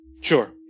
sure